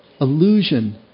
illusion